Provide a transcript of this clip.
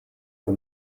for